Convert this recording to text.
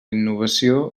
innovació